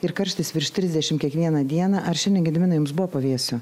ir karštis virš trisdešimt kiekvieną dieną ar šiandien gediminai jums buvo pavėsio